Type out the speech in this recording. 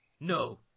No